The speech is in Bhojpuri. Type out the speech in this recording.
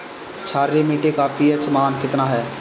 क्षारीय मीट्टी का पी.एच मान कितना ह?